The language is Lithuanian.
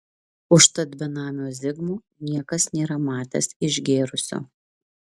užtat benamio zigmo niekas nėra matęs išgėrusio